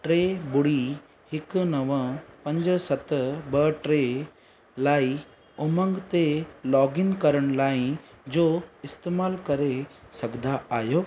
टे ॿुड़ी हिकु नव पंज सत ॿ टे लाइ उमंग ते लॉगइन करण लाइ जो इस्तेमालु करे सघंदा आहियो